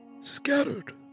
Scattered